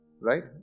Right